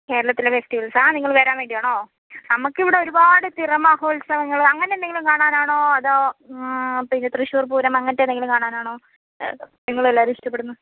കേരളത്തിലെ ഫെസ്റ്റിവൽസ് ആണോ നിങ്ങൾ വരാൻ വേണ്ടിയാണോ നമുക്കിവിടെ ഒരുപാട് തിറ മഹോത്സവങ്ങൾ അങ്ങനെ എന്തെങ്കിലും കാണാനാണോ അതോ പിന്നെ തൃശ്ശൂർപ്പൂരം അങ്ങനത്തെയെന്തെങ്കിലും കാണാനാണോ നിങ്ങളെല്ലാവരും ഇഷ്ടപ്പെടുന്നത്